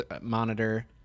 monitor